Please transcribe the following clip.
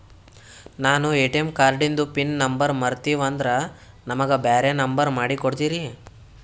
ನಾನು ಎ.ಟಿ.ಎಂ ಕಾರ್ಡಿಂದು pin number ಮರತೀವಂದ್ರ ನಮಗ ಬ್ಯಾರೆ ನಂಬರ್ ಮಾಡಿ ಕೊಡ್ತೀರಿ?